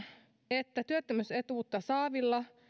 että työttömyysetuutta saavilla